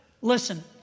listen